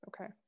okay